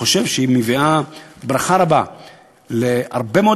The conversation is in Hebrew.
אני חושב שהיא מביאה ברכה רבה להרבה מאוד